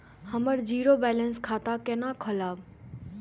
हम zero balance खाता केना खोलाब?